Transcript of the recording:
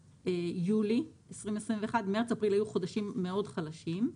יולי 2021. מרץ ואפריל היו חודשים חלשים מאוד.